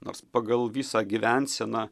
nors pagal visą gyvenseną